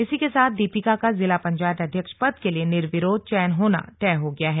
इसी के साथ दीपिका का जिला पंचायत अध्यक्ष पद के लिए निर्विरोध चयन होना तय हो गया है